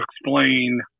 explain